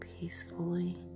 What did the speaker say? peacefully